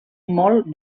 molt